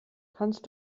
kannst